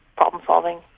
problem solving.